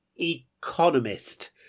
economist